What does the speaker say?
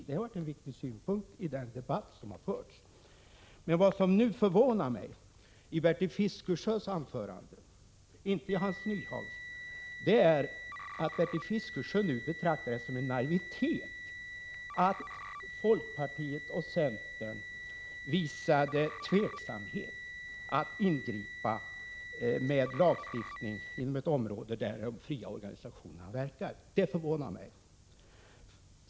Det var en viktig synpunkt i den debatt som har förts. Men vad som förvånar mig i Bertil Fiskesjös anförande, men inte i Hans Nyhages, är att Bertil Fiskesjö nu betraktar det som en naivitet att folkpartiet och centern visat tveksamhet när det gällt att ingripa med lagstiftning inom ett område där de fria organisationerna verkar.